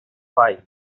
file